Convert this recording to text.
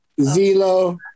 zelo